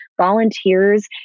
volunteers